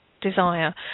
desire